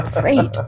great